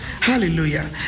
Hallelujah